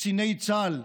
קציני צה"ל,